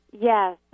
Yes